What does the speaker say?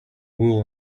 wool